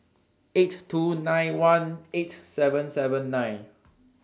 eight thousand two hundred and ninety one eight thousand seven hundred and seventy nine